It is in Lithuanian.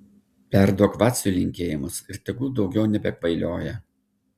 perduok vaciui linkėjimus ir tegu daugiau nebekvailioja